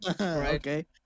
okay